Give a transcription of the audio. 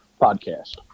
podcast